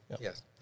Yes